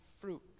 fruit